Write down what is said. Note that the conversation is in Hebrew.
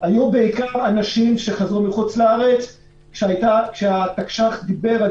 היו בעיקר אנשים שחזרו מחוץ לארץ כשהתקש"ח דיברה על